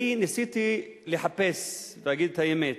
אני ניסיתי לחפש, ואגיד את האמת,